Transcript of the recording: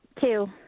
Two